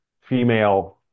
female